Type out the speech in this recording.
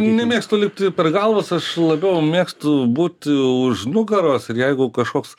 nemėgstu lipti per galvas aš labiau mėgstu būti už nugaros ir jeigu kažkoks